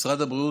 משרד הבריאות,